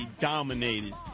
dominated